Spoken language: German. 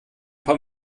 paar